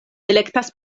elektas